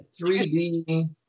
3D